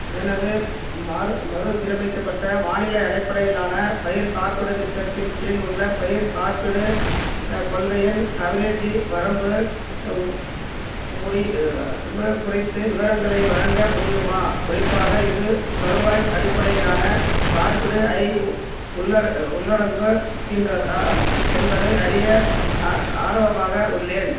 எனது மறு மறுசீரமைக்கப்பட்ட வானிலை அடிப்படையிலான பயிர் காப்பீடுத் திட்டத்தின் கீழ் உள்ள பயிர்க் காப்பீடு கொள்கையின் கவரேஜி வரம்பு முடி குறித்து விவரங்களை வழங்க முடியுமா குறிப்பாக இது வருவாய் அடிப்படையிலான காப்பீடு ஐ உ உள்ளடங்க உள்ளடங்குகின்றதா என்பதை அறிய ஆ ஆர்வமாக உள்ளேன்